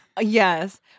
Yes